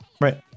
Right